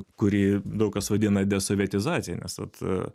kurį daug kas vadina desovietizacija nes vat